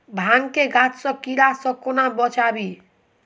भांग केँ गाछ केँ कीड़ा सऽ कोना बचाबी?